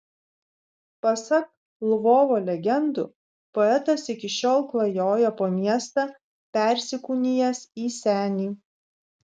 pasak lvovo legendų poetas iki šiol klajoja po miestą persikūnijęs į senį